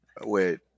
Wait